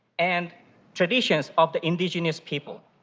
and traditions of the indigenous people.